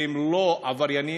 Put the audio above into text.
והם לא עבריינים,